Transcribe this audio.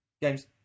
games